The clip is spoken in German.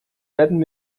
werden